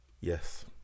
yes